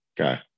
Okay